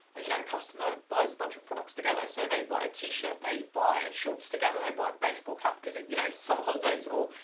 you know, a customer buys a bunch of products together. so they buy a t-shirt, they buy shorts together, they buy a baseball cap, cause, you know, summer holidays or,